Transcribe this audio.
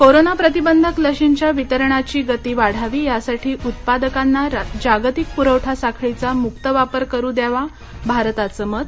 corona प्रतिबंधक लशींच्या वितरणाची गती वाढावी यासाठी उत्पादकांना जागतिक प्रवठा साखळीचा मुक्त वापर करू द्यावा भारताचं मत